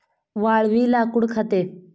वाळवी लाकूड खाते